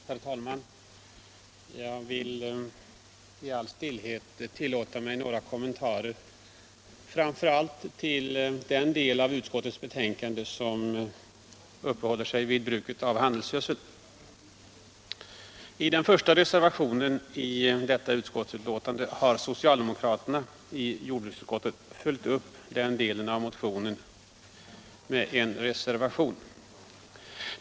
Herr talman! Jag vill tillåta mig att i all stillhet göra några kommentarer, framför allt med anledning av den del av utskottets betänkande som berör bruket av handelsgödsel. I reservationen 1 i detta utskottsbetänkande har socialdemokraterna i jordbruksutskottet följt upp en del av en partimotion.